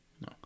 No